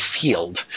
Field